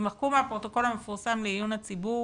יימחקו מהפרוטוקול המפורסם לדיון הציבור